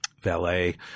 Valet